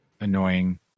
annoying